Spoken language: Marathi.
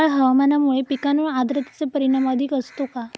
ढगाळ हवामानामुळे पिकांवर आर्द्रतेचे परिणाम अधिक असतो का?